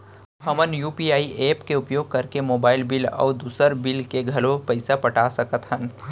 हमन UPI app के उपयोग करके मोबाइल बिल अऊ दुसर बिल के घलो पैसा पटा सकत हन